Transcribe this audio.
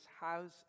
house